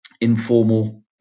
Informal